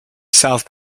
south